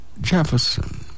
Jefferson